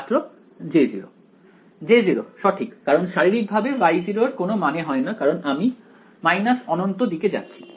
ছাত্র J0 J0 সঠিক কারণ শারীরিকভাবে Y0 এর কোন মানে হয় না কারণ আমি ∞ দিকে যাচ্ছি